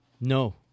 no